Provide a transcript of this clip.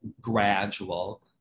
gradual